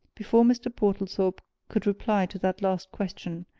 before mr. portlethorpe could reply to that last question,